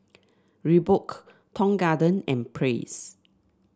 Reebok Tong Garden and Praise